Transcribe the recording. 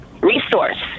resource